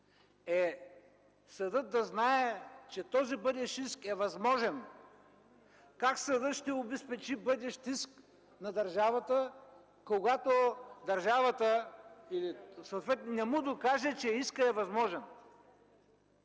е съдът да знае, че този бъдещ иск е възможен. Как съдът ще обезпечи бъдещ иск на държавата, когато държавата не му докаже, че искът е възможен?